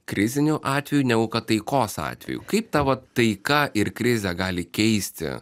kriziniu atveju negu kad taikos atveju kaip ta va taika ir krizė gali keisti